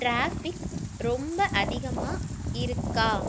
traffic ரொம்ப அதிகமாக இருக்கா